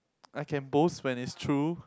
I can boast when it's true